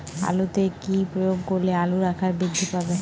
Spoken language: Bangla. আলুতে কি প্রয়োগ করলে আলুর আকার বৃদ্ধি পাবে?